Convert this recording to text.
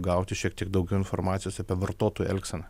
gauti šiek tiek daugiau informacijos apie vartotojų elgseną